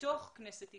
מתוך כנסת ישראל,